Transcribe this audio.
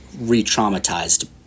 re-traumatized